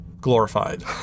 Glorified